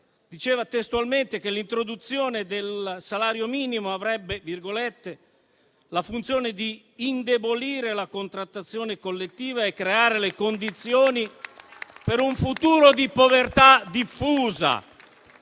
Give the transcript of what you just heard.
diceva testualmente che l'introduzione del salario minimo avrebbe la funzione di «indebolire la contrattazione collettiva» e «creare le condizioni per un futuro di povertà diffusa».